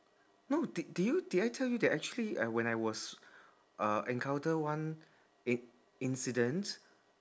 no did did you did I tell you that actually uh when I was uh encounter one i~ incident